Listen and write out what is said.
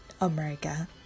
America